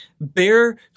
bear